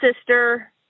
sister